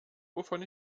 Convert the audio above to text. wovon